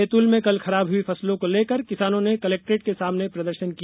बैतूल में कल खराब हुई फसलों को लेकर किसानों ने कलेक्ट्रेट के सामने प्रदर्शन किया